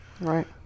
Right